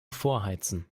vorheizen